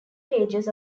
pages